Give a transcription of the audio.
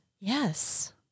Yes